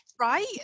right